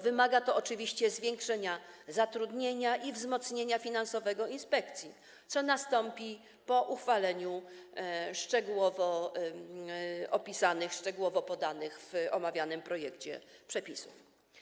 Wymaga to oczywiście zwiększenia zatrudnienia i wzmocnienia finansowego inspekcji, co nastąpi po uchwaleniu szczegółowo opisanych w omawianym projekcie przepisów.